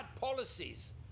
policies